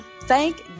Thank